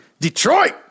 Detroit